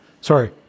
Sorry